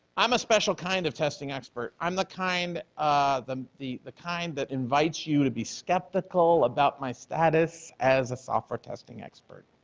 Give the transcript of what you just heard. i'm a special kind of testing expert. i'm the kind the the kind that invites you to be skeptical about my status as a software testing expert.